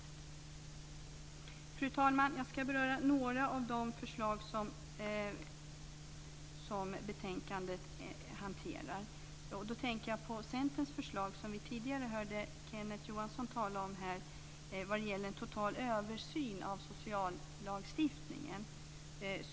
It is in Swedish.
Fru talman! Jag ska beröra några av de förslag som betänkandet hanterar. Jag tänker på Centerns förslag, som vi tidigare hörde Kenneth Johansson tala om, vad gäller total översyn av sociallagstiftningen.